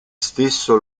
stesso